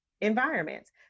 environments